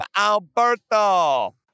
Alberto